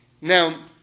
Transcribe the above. Now